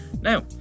Now